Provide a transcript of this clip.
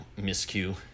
miscue